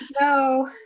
No